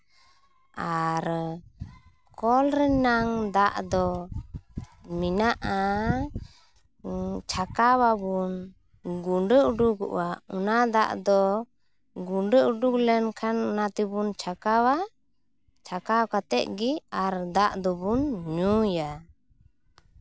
ᱟᱨ ᱠᱚᱞ ᱨᱮᱱᱟᱝ ᱫᱟᱜ ᱫᱚ ᱢᱮᱱᱟᱜᱼᱟ ᱪᱷᱟᱠᱟᱣᱟᱵᱚᱱ ᱜᱩᱸᱰᱟᱹ ᱩᱰᱩᱠᱚᱜᱼᱟ ᱚᱱᱟ ᱫᱟᱜ ᱫᱚ ᱜᱩᱸᱰᱟᱹ ᱩᱰᱩᱠ ᱞᱮᱱᱠᱷᱟᱱ ᱚᱱᱟ ᱛᱮᱵᱚᱱ ᱪᱷᱟᱠᱟᱣᱟ ᱪᱷᱟᱠᱟᱣ ᱠᱟᱛᱮᱫ ᱜᱤ ᱟᱨ ᱫᱟᱜ ᱫᱚᱵᱚᱱ ᱧᱩᱭᱟ